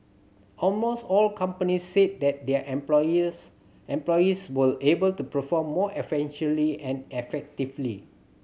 almost all companies said that their employees employees were able to perform more efficiently and effectively